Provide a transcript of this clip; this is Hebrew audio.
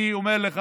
אני אומר לך,